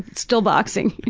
still boxing.